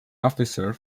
officer